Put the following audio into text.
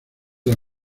las